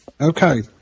Okay